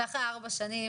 ואחרי ארבע שנים,